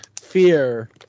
fear